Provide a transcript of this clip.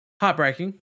Heartbreaking